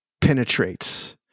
penetrates